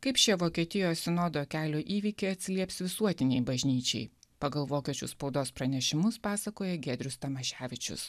kaip šie vokietijoje sinodo kelio įvykiai atsilieps visuotinei bažnyčiai pagal vokiečių spaudos pranešimus pasakoja giedrius tamaševičius